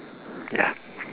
ya